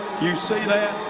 you see that.